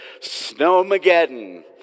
Snowmageddon